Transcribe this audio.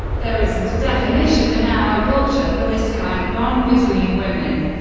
there isn't a definition in our culture for this kind of bond between women.